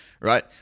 right